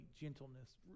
gentleness